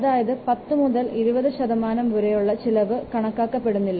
അതായത് 10 മുതൽ 20 ശതമാനം വരെയുള്ള ചിലവ് കണക്കാക്കപ്പെടുന്നില്ല